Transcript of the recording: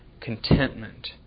contentment